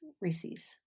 receives